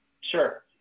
Sure